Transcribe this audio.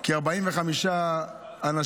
כי 45 אנשים,